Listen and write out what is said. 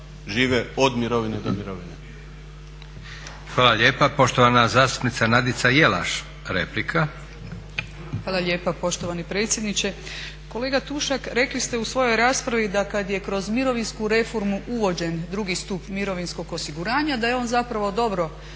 Hvala lijepo gospodine potpredsjedniče.